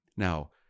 Now